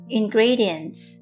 ingredients